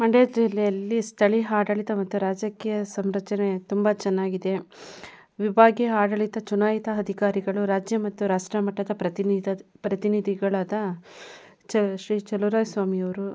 ಮಂಡ್ಯ ಜಿಲ್ಲೆಯಲ್ಲಿ ಸ್ಥಳೀಯ ಆಡಳಿತ ಮತ್ತು ರಾಜಕೀಯ ಸಂರಚನೆ ತುಂಬ ಚೆನ್ನಾಗಿದೆ ವಿಭಾಗೀಯ ಆಡಳಿತ ಚುನಾಯಿತ ಅಧಿಕಾರಿಗಳು ರಾಜ್ಯ ಮತ್ತು ರಾಷ್ಟ್ರ ಮಟ್ಟದ ಪ್ರತಿನಿಧಿ ಪ್ರತಿನಿಧಿಗಳಾದ ಚ ಶ್ರೀ ಚಲುವರಾಯ ಸ್ವಾಮಿಯವರು